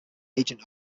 agent